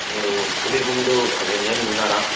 మీరు పులిగుండు అది నేమ్ విన్నారా